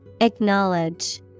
Acknowledge